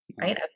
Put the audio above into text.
right